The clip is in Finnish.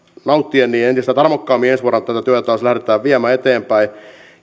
nauttien entistä tarmokkaammin ensi vuonna tätä työtä taas lähdetään viemään eteenpäin